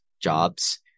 jobs